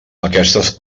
aquestes